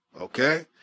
Okay